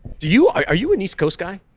do you? are you an east coast guy?